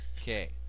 Okay